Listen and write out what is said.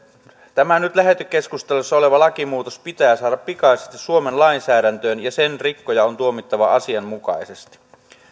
tämä nyt lähetekeskustelussa oleva lakimuutos pitää saada pikaisesti suomen lainsäädäntöön ja sen rikkoja on tuomittava asianmukaisesti